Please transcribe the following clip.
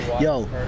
Yo